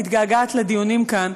מתגעגעת לדיונים כאן.